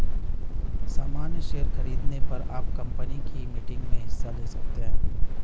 सामन्य शेयर खरीदने पर आप कम्पनी की मीटिंग्स में हिस्सा ले सकते हैं